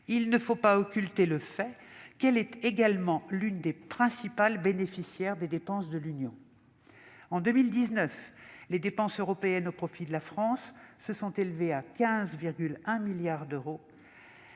il ne faut pas occulter le fait qu'elle est également l'une des principales bénéficiaires des dépenses de l'Union. En 2019, les dépenses européennes au profit de la France se sont élevées à 15,1 milliards d'euros.